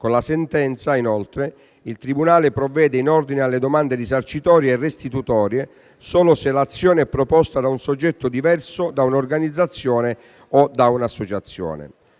Con la sentenza, inoltre, il tribunale provvede in ordine alle domande risarcitorie e restitutorie solo se l'azione è proposta da un soggetto diverso da un'organizzazione o da un'associazione.